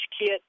kit